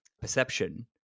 perception